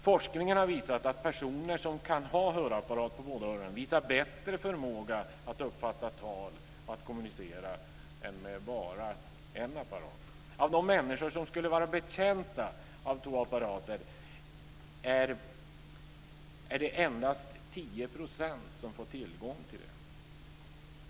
Forskningen har visat att personer som kan ha hörapparat på båda öronen visar bättre förmåga att uppfatta tal och kommunicera än med bara en apparat. Av de människor som skulle vara betjänta av två apparater är det endast 10 % som får tillgång till det.